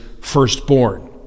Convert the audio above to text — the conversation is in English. firstborn